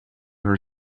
her